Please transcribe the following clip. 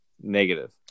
Negative